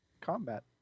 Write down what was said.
combat